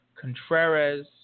Contreras